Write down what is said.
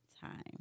time